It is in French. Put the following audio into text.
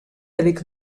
avec